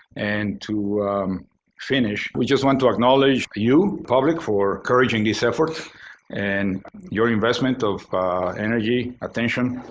and to finish, we just want to acknowledge you, public, for encouraging this effort and your investment of energy, attention,